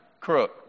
crook